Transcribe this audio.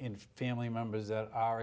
in family members that are